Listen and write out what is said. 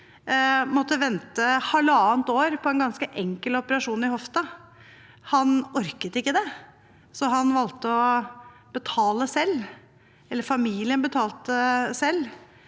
Han måtte vente halvannet år på en ganske enkel operasjon i hoften. Han orket ikke det, så han valgte å betale selv